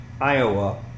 Iowa